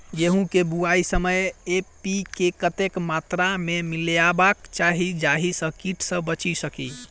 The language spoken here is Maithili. गेंहूँ केँ बुआई समय एन.पी.के कतेक मात्रा मे मिलायबाक चाहि जाहि सँ कीट सँ बचि सकी?